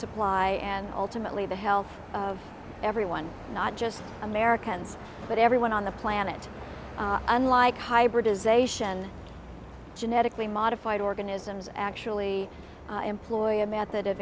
supply and ultimately the health of everyone not just americans but everyone on the planet unlike hybridisation genetically modified organisms actually employ a method of